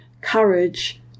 courage